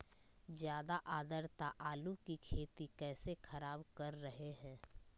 ज्यादा आद्रता आलू की खेती कैसे खराब कर रहे हैं?